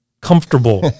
comfortable